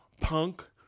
punk